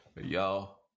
y'all